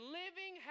living